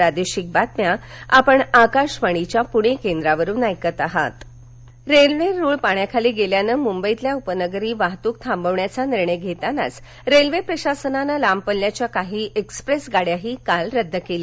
railway railway रुळ पाण्याखाली गेल्यानं मुंबईतील उपनगरी वाहतूक थांबवण्याचा निर्णय घेतानाच रेल्वे प्रशासनानं लांब पल्ल्याच्या काही एक्स्प्रेस गाड्याही काल रद्द केल्या